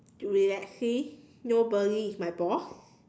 relaxing nobody is my boss